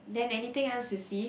then anything else you see